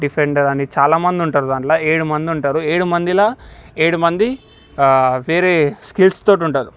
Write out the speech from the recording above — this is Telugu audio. డిఫెండర్ అని చాలామంది ఉంటారు దాంట్లో ఏడు మంది ఉంటారు ఏడు మందిల ఏడు మంది వేరే స్కిల్స్తోటి ఉంటారు